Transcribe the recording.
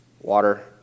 water